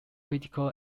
critical